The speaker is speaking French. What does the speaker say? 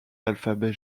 l’alphabet